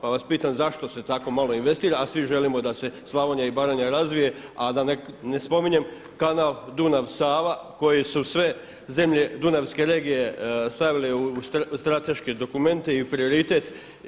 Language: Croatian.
Pa vas pitam zašto se tako malo investira, a svi želimo da se Slavonija i Baranja razvije, a da ne spominjem kanal Dunav-Sava koje su sve zemlje dunavske regije stavile u strateške dokumente i u prioritet.